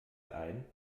ein